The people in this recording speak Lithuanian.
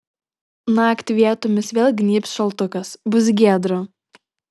naktį vietomis vėl gnybs šaltukas bus giedra